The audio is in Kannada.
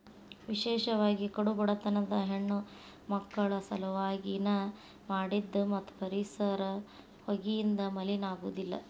ವಿಶೇಷವಾಗಿ ಕಡು ಬಡತನದ ಹೆಣ್ಣಮಕ್ಕಳ ಸಲವಾಗಿ ನ ಮಾಡಿದ್ದ ಮತ್ತ ಪರಿಸರ ಹೊಗೆಯಿಂದ ಮಲಿನ ಆಗುದಿಲ್ಲ